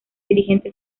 dirigente